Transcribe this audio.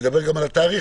נדבר גם על התאריך,